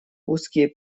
узкие